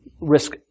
risk